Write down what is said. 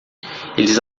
eles